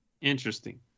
Interesting